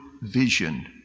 vision